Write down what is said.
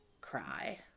cry